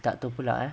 tak tahu pula ah